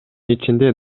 ичинде